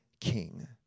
king